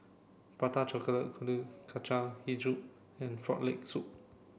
Prata Kuih Kacang Hijau and frog leg soup